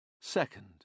Second